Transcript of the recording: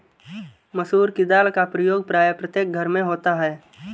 मसूर की दाल का प्रयोग प्रायः प्रत्येक घर में होता है